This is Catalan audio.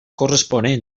corresponent